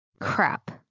Crap